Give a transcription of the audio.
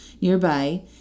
nearby